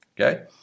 okay